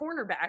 cornerback